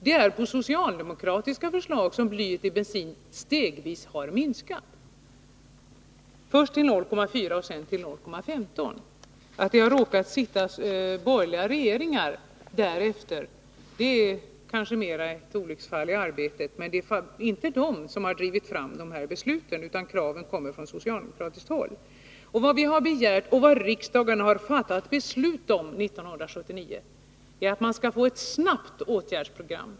Det är på socialdemokratiskt förslag som blyet i bensinen stegvis har minskat, först till 0,4 och därefter till 0,15 gram per liter. Att det sedan har råkat sitta borgerliga regeringar är kanske mer ett olycksfall i arbetet. Det är inte de som har drivit fram besluten, utan kraven kommer från socialdemokratiskt håll. Vad vi har begärt och vad riksdagen fattade beslut om 1979 var att vi snabbt skulle få ett åtgärdsprogram.